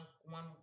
one